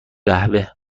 قهوه